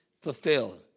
fulfilled